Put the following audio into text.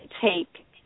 take